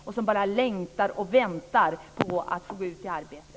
De bara längtar och väntar på att få gå ut i arbete.